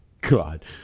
God